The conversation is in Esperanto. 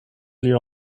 lia